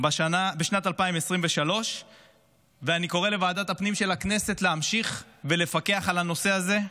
בשנת 2023. ואני קורא לוועדת הפנים של הכנסת להמשיך ולפקח על הנושא הזה.